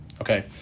Okay